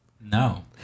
no